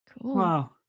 Wow